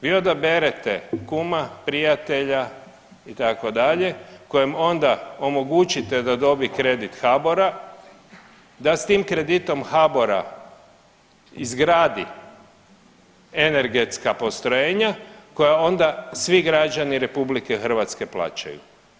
Vi odaberete kuma, prijatelja itd. kojem onda omogućite da dobi kredit HBOR-a, da s tim kreditom HBOR-a izgradi energetska postrojenja koja onda svi građani RH plaćaju.